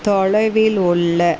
தொலைவில் உள்ள